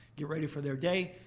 get ready for their day.